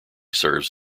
serves